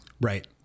Right